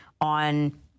on